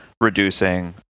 reducing